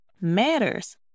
matters